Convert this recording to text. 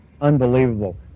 Unbelievable